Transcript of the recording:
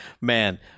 man